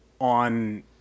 on